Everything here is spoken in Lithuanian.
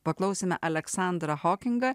paklausėme aleksandrą hokingą